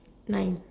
nine